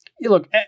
Look